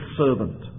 servant